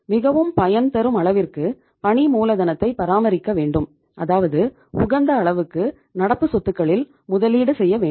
மிகவும் பயன் தரும் அளவிற்கு பணி மூலதனத்தை பராமரிக்க வேண்டும் அதாவது உகந்த அளவுக்கு நடப்பு சொத்துக்களில் முதலீடு செய்ய வேண்டும்